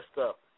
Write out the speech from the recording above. up